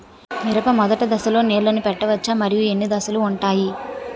మిరప మొదటి దశలో నీళ్ళని పెట్టవచ్చా? మరియు ఎన్ని దశలు ఉంటాయి?